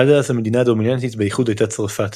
עד אז המדינה הדומיננטית באיחוד הייתה צרפת,